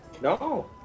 No